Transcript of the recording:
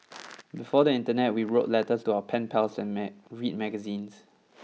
before the internet we wrote letters to our pen pals and read magazines